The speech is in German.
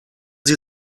sie